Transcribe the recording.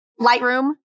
Lightroom